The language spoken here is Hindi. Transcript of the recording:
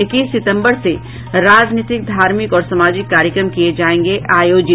इक्कीस सितंबर से राजनीतिक धार्मिक और सामाजिक कार्यक्रम किये जायेंगे आयोजित